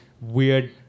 weird